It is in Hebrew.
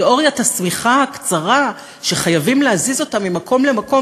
תיאוריית השמיכה הקצרה שחייבים להזיז אותה ממקום למקום